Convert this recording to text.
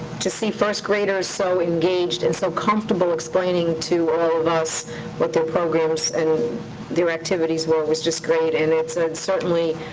to see first-graders so engaged and so comfortable explaining to all of us what their programs and their activities were was just great, and it's and certainly.